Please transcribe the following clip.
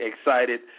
excited